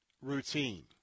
routine